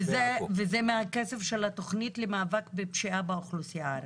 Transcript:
וזה מהכסף של התוכנית למאבק בפשיעה באוכלוסייה הערבית.